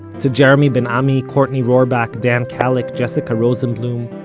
to jeremy ben-ami, courtney rohrbach, dan kalik, jessica rosenblum,